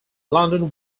london